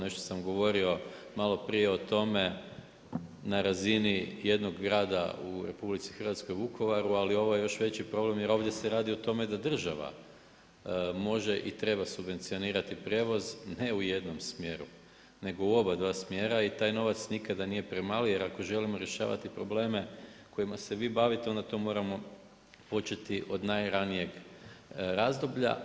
Nešto sam govorio maloprije o tome, na razini jednog grada u RH, Vukovaru, ali ovo je još veći problem jer ovdje se radi o tome da država može i treba subvencionirati prijevoz ne u jednom smjeru, nego u oba dva smjera i taj novac nikada nije premali jer ako želimo rješavati probleme kojima se vi bavite, onda to moramo početi od najranijeg razdoblja.